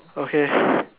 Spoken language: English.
okay